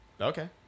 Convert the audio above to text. Okay